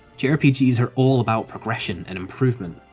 jrpgs are all about progression and improvement,